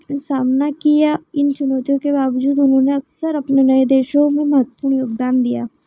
फ़िर सामना किया इन चुनौतियों के बावजूद उन्होंने अक्सर अपने नए देशों में महत्वपूर्ण योगदान दिया है